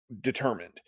determined